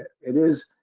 it is,